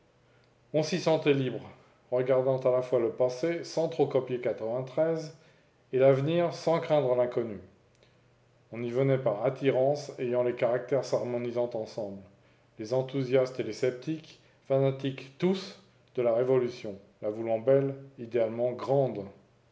on s'y sentait libres regardant à la fois le passé sans trop copier et l'avenir sans craindre l'inconnu on y venait par attirance ayant les caractères s'harmonisant ensemble les enthousiastes et les sceptiques fanatiques tous de la révolution la voulant belle idéalement grande